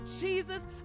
jesus